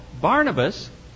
Barnabas